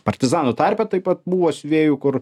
partizanų tarpe taip pat buvo siuvėjų kur